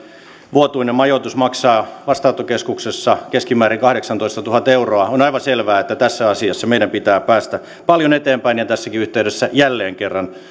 vuotuinen majoitus maksaa vastaanottokeskuksessa keskimäärin kahdeksantoistatuhatta euroa on aivan selvää että tässä asiassa meidän pitää päästä paljon eteenpäin tässäkin yhteydessä jälleen kerran